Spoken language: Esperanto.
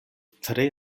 tre